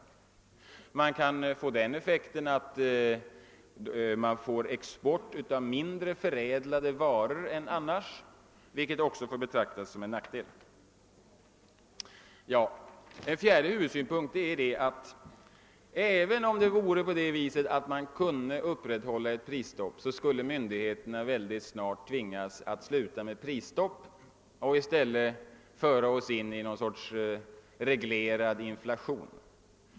Likaså kan vi få den effekten att exporten kommer att bestå av mindre förädlade varor än annars, vilket också får betraktas som en nackdel. En fjärde huvudsynpunkt är att även om vi kunde upprätthålla ett prisstopp skulle myndigheterna ändå ganska snart tvingas att upphöra med det och i stället föra oss in i ett slags reglerad inflation.